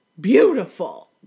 beautiful